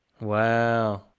Wow